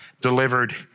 delivered